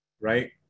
right